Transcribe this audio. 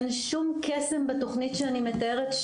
אין שום קסם בתוכנית שאני מתארת,